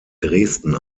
dresden